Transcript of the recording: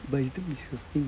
but it's damn disgusting